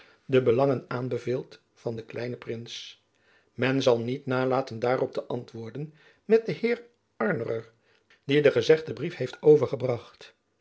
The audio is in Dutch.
musch langen aanbeveelt van den kleinen prins men zal niet nalaten daarop te antwoorden met den heer arnerer die den gezegden brief heeft overgebracht